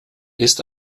ist